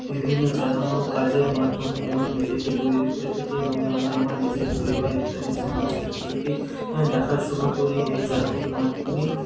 বিভিন্ন কাজের মাধ্যমে আমি নিজেকে তৈরি করে থাকি এবং আমি আমার নিজের পরিবার ইত্যাদি সমস্ত কিছুকে দেখাশুনো করি এই চাকরির মাধ্যমে